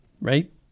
Right